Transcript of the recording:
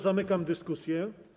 Zamykam dyskusję.